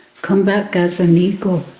come back as an eagle.